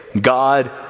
God